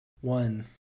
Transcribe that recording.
one